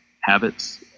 habits